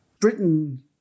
Britain